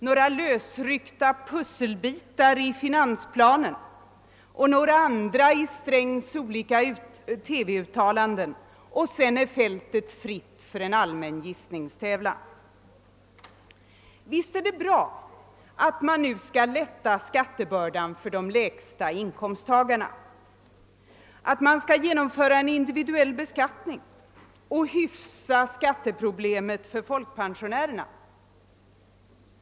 Några lösryckta pusselbitar i finansplanen och några andra i herr Strängs olika TV-uttalanden, och sedan är fältet fritt för en allmän gissningstävlan. Visst är det bra att man nu skall lätta skattebördan för de lägsta inkomsttagarna, att man skall genomföra en individuell beskattning och hyfsa skatteproblemet för folkpensionärerna.